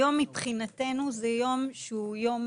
היום מבחינתנו זה יום שהוא יום